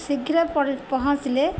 ଶୀଘ୍ର ପର ପହଞ୍ଚିଲେ